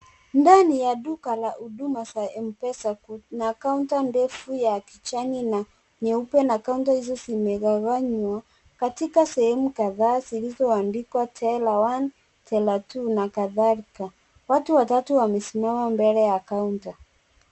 Ndani ya duka la huduma za Mpesa kuna kaunta ndefu ya kijani na nyeupe na kaunta hizo zimegaanywa katika sehemu kadhaa zilioandikwa teller one, teller two na kadhalika watu watatu wamesimama mbele ya kaunta.